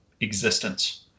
existence